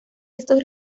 estos